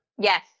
Yes